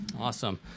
Awesome